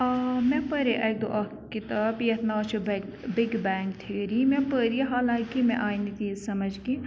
مےٚ پَرے اَکہِ دۄہ اَکھ کِتاب یَتھ ناو چھُ بِگ بینٛگ تھیری مےٚ پٔر یہِ حالانکہ مےٚ آے نہٕ یہِ تیٖژ سَمَجھ کہِ